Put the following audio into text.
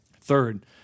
Third